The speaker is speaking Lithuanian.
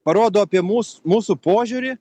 parodo apie mus mūsų požiūrį